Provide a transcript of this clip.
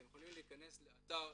אתם יכולים להיכנס לאתר